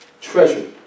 treasure